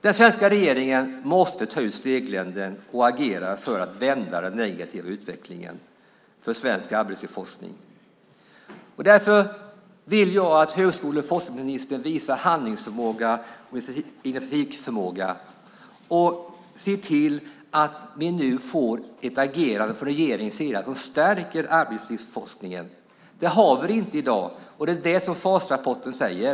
Den svenska regeringen måste ta ut steglängden och agera för att vända den negativa utvecklingen för svensk arbetslivsforskning. Därför vill jag att högskole och forskningsministern visar handlingskraft och initiativförmåga och ser till att vi nu får ett agerande från regeringens sida som stärker arbetslivsforskningen. Det har vi inte i dag, och det är det som FAS-rapporten säger.